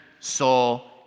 soul